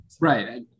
Right